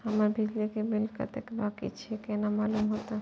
हमर बिजली के बिल कतेक बाकी छे केना मालूम होते?